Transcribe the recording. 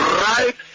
right